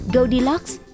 Goldilocks